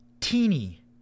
teeny